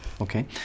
Okay